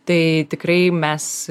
tai tikrai mes